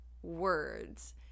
words